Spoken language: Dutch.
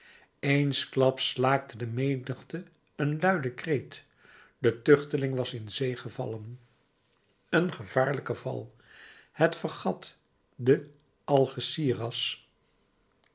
eensklaps slaakte de menigte een luiden kreet de tuchteling was in zee gevallen een gevaarlijke val het fregat de algesiras